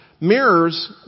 mirrors